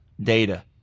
Data